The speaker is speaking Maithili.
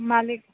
मालिक